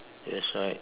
that's right